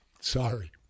Sorry